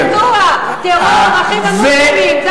דיקטטורה, טרור, "האחים המוסלמים".